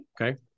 okay